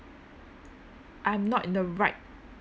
I'm not in the right